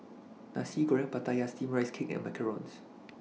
Nasi Goreng Pattaya Steamed Rice Cake and Macarons